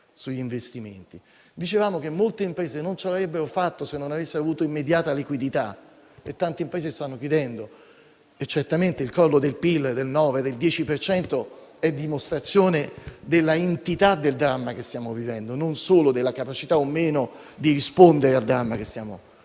Dicevamo che molte imprese non ce l'avrebbero fatta se non avessero avuto immediata liquidità; e tante stanno chiudendo. Certamente il crollo del PIL del 9 o del 10 per cento è la dimostrazione dell'entità del dramma che stiamo vivendo e non solo della capacità o no di rispondere al dramma che purtroppo